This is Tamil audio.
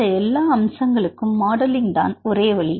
இந்த எல்லா அம்சங்களுக்கும் மாடலிங் தான் ஒரே வழி